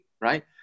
right